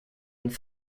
and